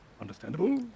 understandable